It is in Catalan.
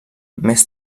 més